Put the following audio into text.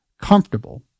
comfortable